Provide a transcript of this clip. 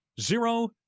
zero